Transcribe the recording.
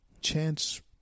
chance